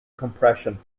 compression